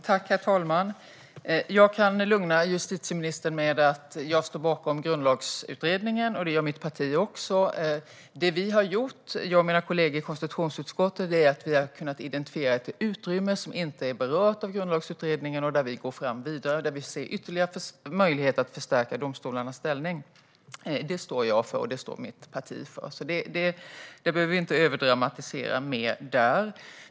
Herr talman! Jag kan lugna justitieministern med att jag står bakom Grundlagsutredningen och att mitt parti också gör det. Vad det handlar om är att jag och mina kollegor i konstitutionsutskottet har kunnat identifiera ett utrymme som inte är berört av Grundlagsutredningen. Där går vi vidare framåt, eftersom vi ser ytterligare möjligheter att förstärka domstolarnas ställning. Det står jag och mitt parti för. Man behöver inte överdramatisera detta.